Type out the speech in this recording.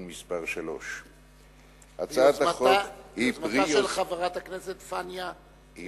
מס' 3). מיוזמתה של חברת הכנסת פאינה קירשנבאום.